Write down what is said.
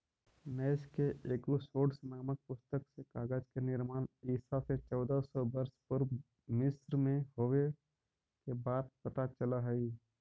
नैश के एकूसोड्स् नामक पुस्तक से कागज के निर्माण ईसा से चौदह सौ वर्ष पूर्व मिस्र में होवे के बात पता चलऽ हई